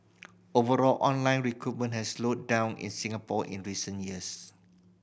overall online recruitment has slowed down in Singapore in recent years